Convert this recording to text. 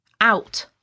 out